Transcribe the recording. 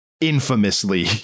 infamously